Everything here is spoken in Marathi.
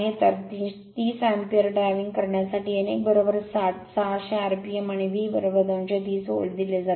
तर 30 अँपिअर ड्राईव्हिंग करण्यासाठी n 1 60 600 आरपीएम आणि V 230 व्होल्ट दिले जाते